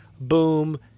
Boom